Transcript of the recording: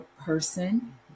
person